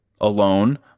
alone